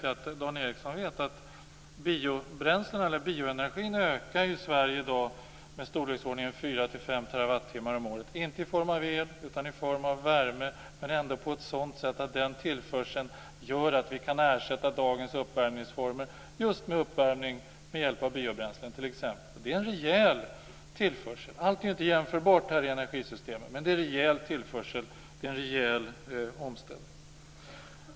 Jag vet att Dan Ericsson vet att bioenergin ökar i Sverige i dag med 4-5 Twh per år, inte i form av el utan i form av värme, men ändå på ett sådant sätt att den tillförseln gör att vi kan ersätta dagens uppvärmningsformer med t.ex. biobränslen. Det är en rejäl tillförsel. Allt är inte jämförbart i energisystemen, men det är en rejäl tillförsel och en rejäl omställning.